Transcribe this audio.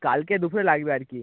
কালকে দুপুরে লাগবে আর কি